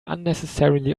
unnecessarily